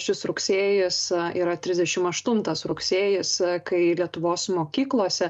šis rugsėjis yra trisdešim aštuntas rugsėjis kai lietuvos mokyklose